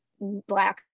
black